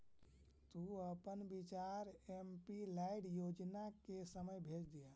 तु अपन विचार एमपीलैड योजना के समय भेज दियह